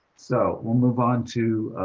so we'll move on to